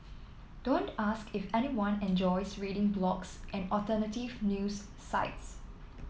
don't ask if anyone enjoys reading blogs and alternative news sites